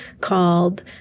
called